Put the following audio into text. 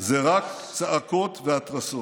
זה רק צעקות והתרסות,